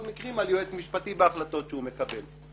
מקרים על יועץ משפטי בהחלטות שהוא מקבל.